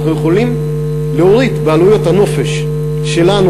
יכולים להוריד את עלויות הנופש שלנו,